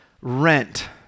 rent